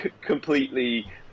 completely